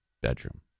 bedroom